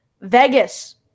Vegas